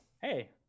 Hey